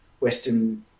Western